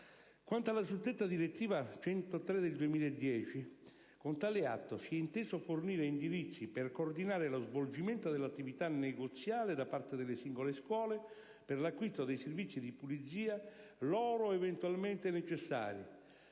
Quanto alla suddetta direttiva n. 103 del 2010, con tale atto si è inteso fornire indirizzi per coordinare lo svolgimento dell'attività negoziale da parte delle singole scuole per l'acquisto dei servizi di pulizia loro eventualmente necessari.